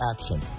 action